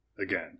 again